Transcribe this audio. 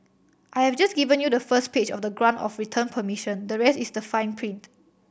I have just given you the first page of the grant of return permission the rest is the fine print